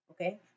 Okay